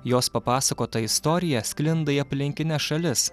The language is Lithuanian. jos papasakota istorija sklinda į aplinkines šalis